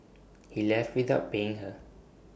he left without paying her